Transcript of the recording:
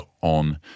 on